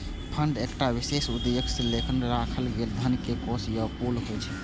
fund एकटा विशेष उद्देश्यक लेल राखल गेल धन के कोष या पुल होइ छै